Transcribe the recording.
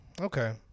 Okay